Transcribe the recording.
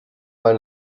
mal